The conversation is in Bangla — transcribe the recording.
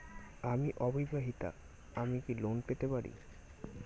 আমি অবিবাহিতা আমি কি লোন পেতে পারি?